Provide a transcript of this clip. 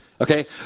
Okay